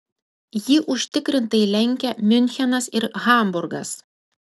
jį užtikrintai lenkia miunchenas ir hamburgas